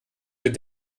den